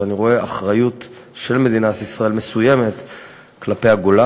ואני רואה אחריות מסוימת של מדינת ישראל כלפי הגולה.